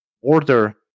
order